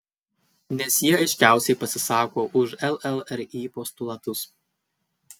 nes ji aiškiausiai pasisako už llri postulatus